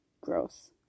gross